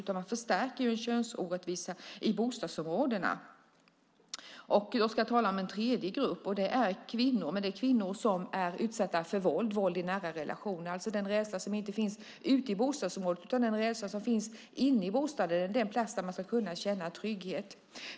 Det förstärker ju könsorättvisan i bostadsområdena. Jag ska tala om en tredje grupp, kvinnor som är utsatta för våld i nära relationer. Det handlar inte om en rädsla ute i bostadsområdet utan om den rädsla som finns inne i bostaden, den plats där man ska kunna känna trygghet.